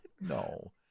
No